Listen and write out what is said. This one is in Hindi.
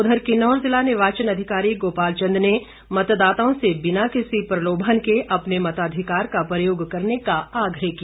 उधर किन्नौर जिला निर्वाचन अधिकारी गोपाल चंद ने मतदाताओं से बिना किसी प्रलोभन के अपने मताधिकार का प्रयोग करने का आग्रह किया